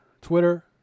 Twitter